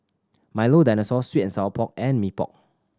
Milo Dinosaur sweet and sour pork and Mee Pok